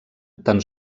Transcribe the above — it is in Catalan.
tan